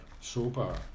sober